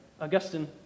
Augustine